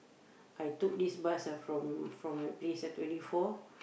I took this bus ah from from my place ah twenty four